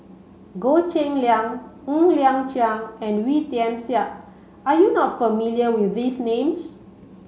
Goh Cheng Liang Ng Liang Chiang and Wee Tian Siak are you not familiar with these names